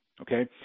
Okay